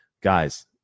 Guys